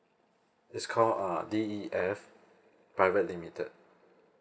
it's called uh D E F private limited